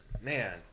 man